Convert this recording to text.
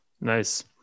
Nice